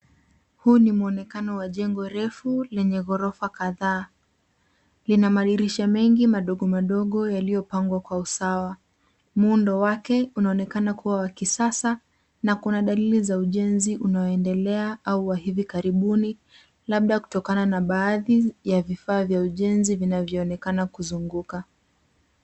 Huu ni mwonekano wa jengo refu lenye ghorofa kadhaa. Lina madirisha mengi madogo madogo yaliyopangwa kwa usawa. Muundo wake unaonekana kuwa wa kisasa na kuna dalili za ujenzi unaoendelea au wa hivi karibuni labda kutokana na baadhi ya vifaa vya ujenzi vinavyoonekana kuzunguka.